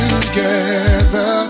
together